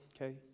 Okay